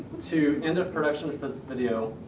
to end of production for this video,